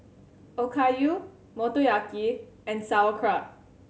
Okayu Motoyaki and Sauerkraut